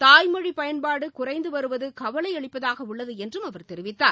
தாய்மொழி பயன்பாடு குறைந்து வருவது கவலையளிப்பதாக உள்ளது என்றும் அவர் தெரிவித்தார்